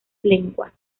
lenguas